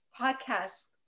podcast